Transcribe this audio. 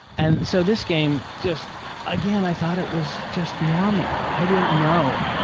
and so this game just again i thought it was just normal. i didn't know.